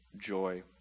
joy